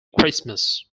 christmas